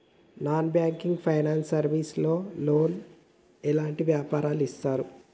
Non banking finance service లో loan ఎలాంటి వ్యాపారులకు ఇస్తరు?